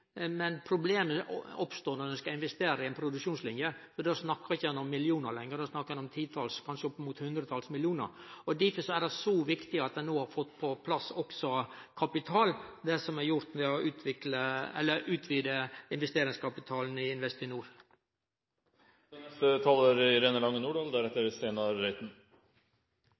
men problemet oppstår når ein skal investere i ei produksjonsline, for då snakkar ein ikkje om millionar lenger, då snakkar ein om titals, kanskje oppimot hundretals millionar kroner. Difor er det så viktig at ein no har fått på plass også kapital – det som er gjort ved å utvide investeringskapitalen i Investinor. Et lønnsomt og aktivt skogbruk er en avgjørende forutsetning for å beholde og videreutvikle en så omfattende og stor trebasert industri i